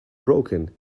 broken